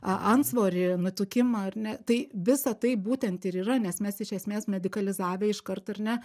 a antsvorį nutukimą ar ne tai visa tai būtent ir yra nes mes iš esmės medikalizavę iškart ar ne